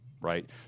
right